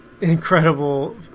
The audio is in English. incredible